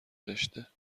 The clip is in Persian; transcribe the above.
داشته